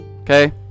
okay